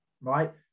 Right